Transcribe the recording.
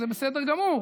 זה בסדר גמור.